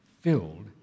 filled